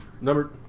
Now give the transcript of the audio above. Number